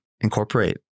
incorporate